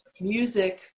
Music